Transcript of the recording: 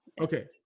Okay